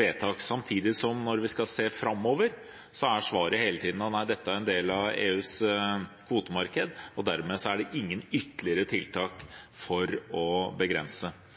vedtak, samtidig som når vi skal se framover, så er svaret hele tiden at nei, dette er en del av EUs kvotemarked, og dermed er det ingen ytterligere tiltak